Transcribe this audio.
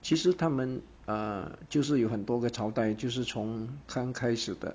其实他们 uh 就是有很多个朝代就是从刚开始的